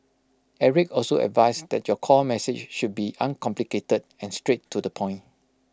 Eric also advised that your core message should be uncomplicated and straight to the point